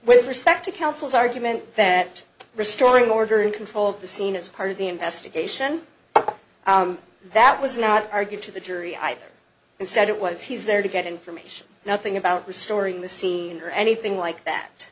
with respect to counsel's argument that restoring order in control of the scene as part of the investigation that was not argue to the jury either instead it was he's there to get information nothing about restoring the scene or anything like that